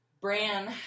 Bran